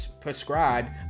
prescribed